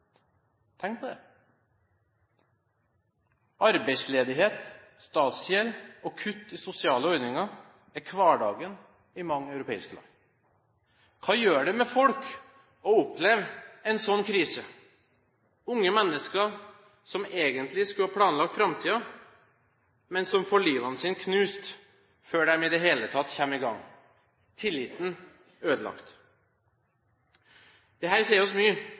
Tenk på det. Arbeidsledighet, statsgjeld og kutt i sosiale ordninger er hverdagen i mange europeiske land. Hva gjør det med folk å oppleve en slik krise? Unge mennesker som egentlig skulle ha planlagt framtiden, får livet sitt knust før de i det hele tatt kommer i gang. Tilliten er ødelagt. Dette sier oss mye